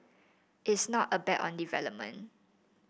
it's not a bet on development